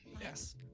Yes